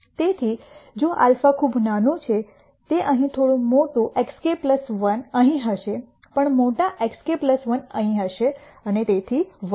તેથી જો α ખૂબ નાનું છે તે અહીં થોડું મોટું xk 1 અહીં હશે પણ મોટા xk 1 અહીં હશે અને તેથી વધુ